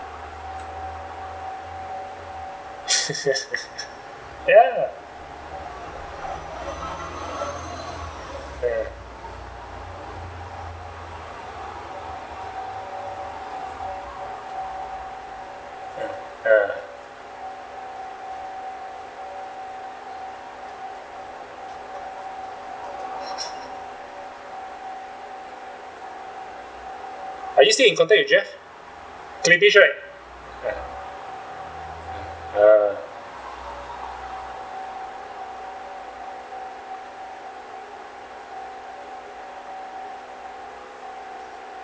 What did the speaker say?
ya ya mm uh are you still in contact with jeff right uh ah